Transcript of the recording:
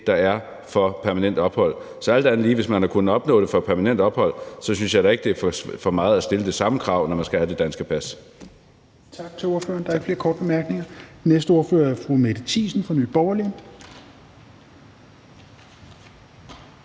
der er for permanent ophold. Så hvis man har kunnet opnå det for permanent ophold, synes jeg alt andet lige ikke, det er for meget at stille det samme krav, når man skal have det danske pas.